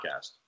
podcast